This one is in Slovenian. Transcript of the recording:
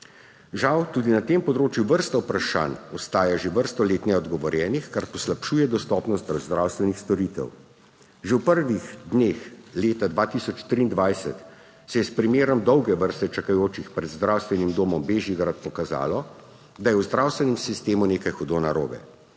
Žal tudi na tem področju vrsto vprašanj ostaja že vrsto let neodgovorjenih, kar poslabšuje dostopnost do zdravstvenih storitev. Že v prvih dneh leta 2023 se je s primerom dolge vrste čakajočih pred Zdravstvenim domom Bežigrad pokazalo, da je v zdravstvenem sistemu nekaj hudo narobe.